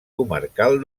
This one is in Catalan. comarcal